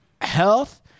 Health